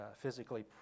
physically